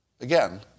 Again